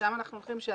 ולשם אנחנו הולכים,